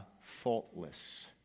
faultless